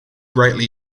greatly